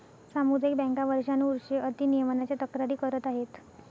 सामुदायिक बँका वर्षानुवर्षे अति नियमनाच्या तक्रारी करत आहेत